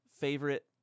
favorite